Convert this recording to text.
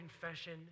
confession